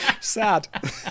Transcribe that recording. Sad